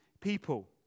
people